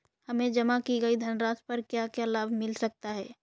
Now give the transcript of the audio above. हमें जमा की गई धनराशि पर क्या क्या लाभ मिल सकता है?